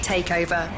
Takeover